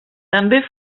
també